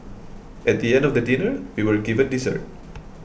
at the end of dinner we were given dessert